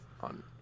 on